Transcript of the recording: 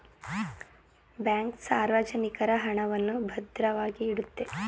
bank ಸಾರ್ವಜನಿಕರ ಹಣವನ್ನು ಭದ್ರವಾಗಿ ಇಡುತ್ತೆ